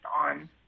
on